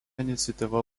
iniciatyva